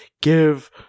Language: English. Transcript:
give